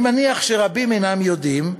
אני מניח שרבים אינם יודעים,